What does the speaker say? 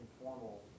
informal